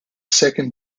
second